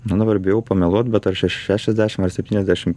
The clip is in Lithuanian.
nu dabar bijau pameluot bet ar šešiasdešimt ar septyniasdešimt